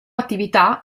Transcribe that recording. attività